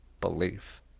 belief